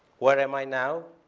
where am i now?